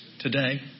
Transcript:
today